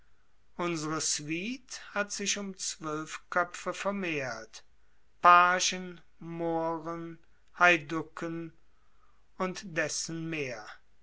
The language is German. unsre suite hat sich um zwölf köpfe vermehrt pagen mohren heiducken u d m